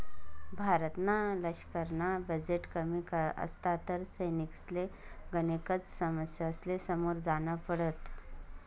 भारतना लशकरना बजेट कमी असता तर सैनिकसले गनेकच समस्यासले समोर जान पडत